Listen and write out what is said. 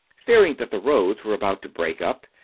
fearing that the roads were about to break up,